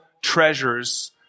treasures